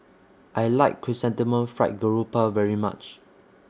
I like Chrysanthemum Fried Grouper very much